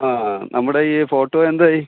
ആ നമ്മുടെ ഈ ഫോട്ടോ എന്തായി